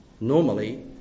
Normally